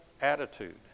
attitude